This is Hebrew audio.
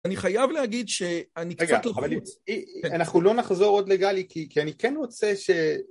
אני חייב להגיד שאני קצת לחוץ, רגע אנחנו לא נחזור עוד לגלי כי אני כן רוצה ש